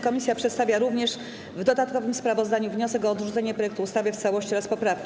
Komisja przedstawia również w dodatkowym sprawozdaniu wniosek o odrzucenie projektu ustawy w całości oraz poprawki.